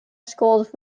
schools